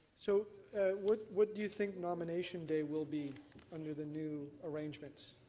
so what what do you think nomination day will be under the new arrangements?